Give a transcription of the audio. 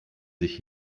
sich